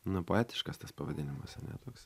nu poetiškas tas pavadinimas ane toks